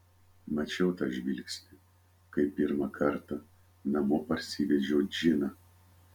mačiau tą žvilgsnį kai pirmą kartą namo parsivedžiau džiną